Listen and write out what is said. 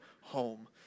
home